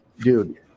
Dude